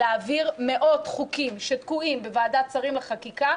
להעביר מאות חוקים שתקועים בוועדת השרים לחקיקה,